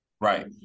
Right